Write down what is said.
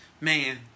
man